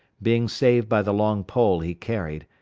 being saved by the long pole he carried,